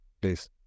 Please